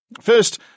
First